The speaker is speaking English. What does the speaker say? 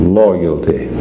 loyalty